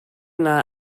yna